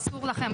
אסור לכם,